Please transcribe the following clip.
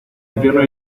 infierno